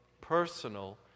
personal